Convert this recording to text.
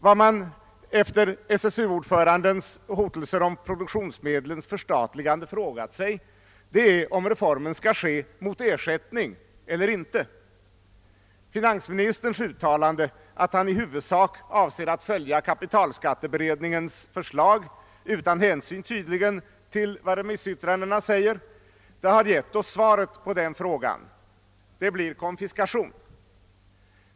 Vad man efter SSU-ordförandens hotelser om produktionsmedlens förstatligande frågat sig är, om reformen skall ske mot ersättning eller inte. Finansministerns uttalande att han i huvudsak avser att följa kapitalskatteberedningens förslag, tydligen utan hänsyn till vad som kommer att sägas i remissyttrandena, har givit oss svaret på den frågan: det blir konfiskation.